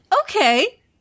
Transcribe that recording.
Okay